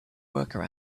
worker